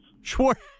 Schwartz